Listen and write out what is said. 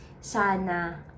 Sana